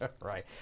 Right